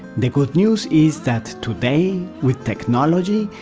the good news is that today, with technology,